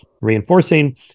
reinforcing